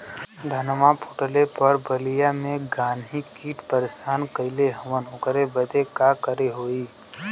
धनवा फूटले पर बलिया में गान्ही कीट परेशान कइले हवन ओकरे बदे का करे होई?